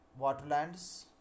waterlands